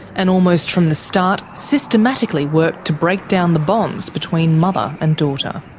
and almost from the start systematically worked to break down the bonds between mother and daughter.